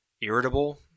irritable